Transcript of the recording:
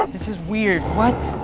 this is weird, what?